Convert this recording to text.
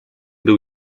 był